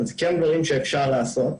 אבל אלה כן דברים שאפשר לעשות.